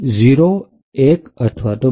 ૦૧૨